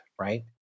right